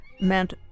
meant